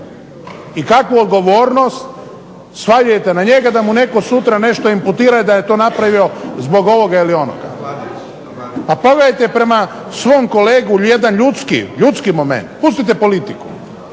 i kakvu odgovornost svaljujete na njega da mu netko sutra nešto imputira i da je to napravio zbog ovoga ili onoga. Pa pogledajte prema svom kolegi jedan ljudski moment. Pustite politiku.